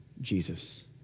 Jesus